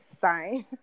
sign